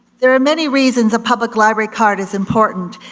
there are many reasons a public library card is important,